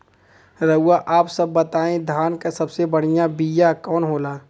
रउआ आप सब बताई धान क सबसे बढ़ियां बिया कवन होला?